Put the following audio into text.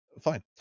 fine